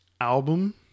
Album